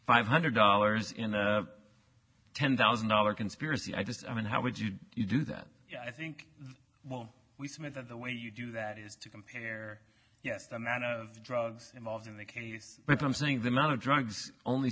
five hundred dollars in a ten thousand dollar conspiracy i just i mean how would you do that i think we submit that the way you do that is to compare yes the amount of drugs involved in the case but i'm saying the amount of drugs only